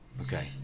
Okay